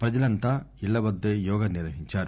ప్రముఖులంతా ఇళ్ల వద్దే యోగా నిర్వహిచారు